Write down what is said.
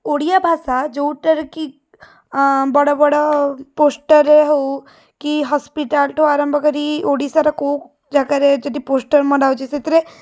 ଓଡ଼ିଆ ଭାଷା ଯେଉଁଟାରକି ବଡ଼ ବଡ଼ ପୋଷ୍ଟର୍ରେ ହଉ କି ହସ୍ପିଟାଲ୍ଠାରୁ ଆରମ୍ଭ କରି ଓଡ଼ିଶାର କେଉଁ ଜାଗାରେ ଯଦି ପୋଷ୍ଟର୍ ମରା ହେଉଛି ସେଥିରେ